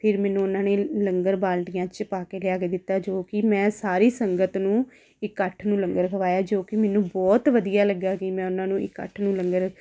ਫਿਰ ਮੈਨੂੰ ਉਹਨਾਂ ਨੇ ਲੰਗਰ ਬਾਲਟੀਆਂ 'ਚ ਪਾ ਕੇ ਲਿਆ ਕੇ ਦਿੱਤਾ ਜੋ ਕਿ ਮੈਂ ਸਾਰੀ ਸੰਗਤ ਨੂੰ ਇਕੱਠ ਨੂੰ ਲੰਗਰ ਖਵਾਇਆ ਜੋ ਕਿ ਮੈਨੂੰ ਬਹੁਤ ਵਧੀਆ ਲੱਗਾ ਕਿ ਮੈਂ ਉਹਨਾਂ ਨੂੰ ਇਕੱਠ ਨੂੰ ਲੰਗਰ